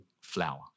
flower